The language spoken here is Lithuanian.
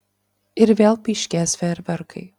ir vėl pyškės fejerverkai